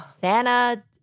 Santa